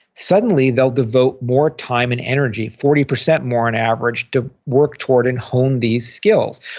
suddenly, they'll devote more time and energy, forty percent more on average, to work toward and hone these skills.